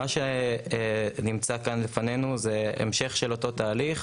מה שנמצא כאן לפנינו זה המשך של אותו תהליך